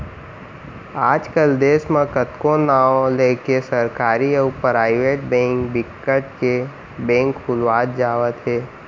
आज कल देस म कतको नांव लेके सरकारी अउ पराइबेट बेंक बिकट के बेंक खुलत जावत हे